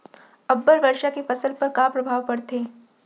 अब्बड़ वर्षा के फसल पर का प्रभाव परथे?